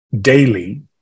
daily